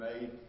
made